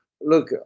look